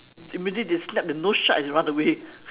immediately they snap their nose shut and run away